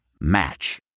Match